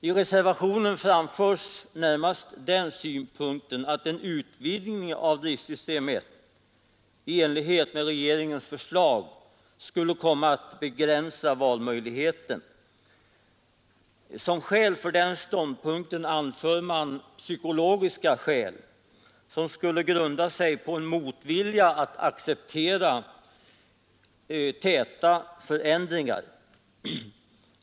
I reservationen framförs närmast den synpunkten att en utvidgning av driftsystem 1 i enlighet med regeringens förslag skulle komma att begränsa valmöjligheten. Som skäl för den ståndpunkten anför man psykologiska förhållanden, som skulle grunda sig på en motvilja att acceptera täta förändringar.